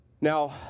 Now